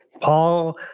Paul